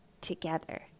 together